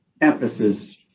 emphasis